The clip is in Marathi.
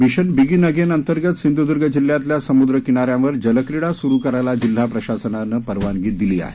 मिशन बिगीन अगेन अंतर्गत सिंधूदूर्ग जिल्ह्यातल्या समुद्र किनाऱ्यांवर जलक्रीडा सुरु करायला जिल्हा प्रशासनानं परवानगी दिली आहे